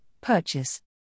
purchase